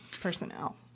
personnel